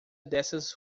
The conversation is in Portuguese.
dessas